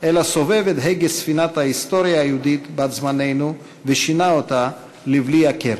אלא סובב את הגה ספינת ההיסטוריה היהודית בת-זמננו ושינה אותה לבלי הכר.